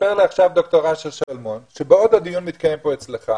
מספר לי עכשיו ד"ר אשר שלמון שבעוד הדיון מתקיים פה אצלך,